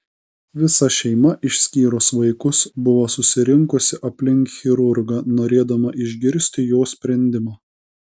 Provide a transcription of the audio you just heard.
visa šeima išskyrus vaikus buvo susirinkusi aplink chirurgą norėdama išgirsti jo sprendimą